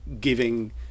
giving